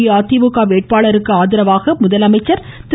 அஇஅதிமுக வேட்பாளர்களுக்கு ஆதரவாக முதலமைச்சர் திரு